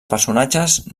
personatges